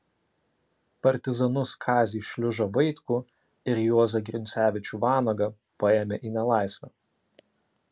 partizanus kazį šliužą vaitkų ir juozą grincevičių vanagą paėmė į nelaisvę